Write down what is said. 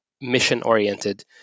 mission-oriented